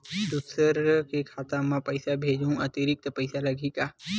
दूसरा के खाता म पईसा भेजहूँ अतिरिक्त पईसा लगही का?